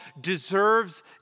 deserves